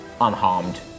unharmed